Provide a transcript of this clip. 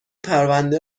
پرونده